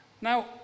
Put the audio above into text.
Now